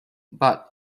but